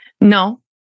No